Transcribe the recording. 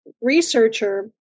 researcher